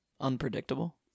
unpredictable